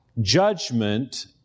judgment